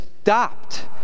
stopped